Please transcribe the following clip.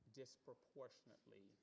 disproportionately